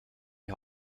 die